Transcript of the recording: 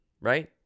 right